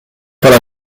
faire